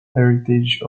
heritage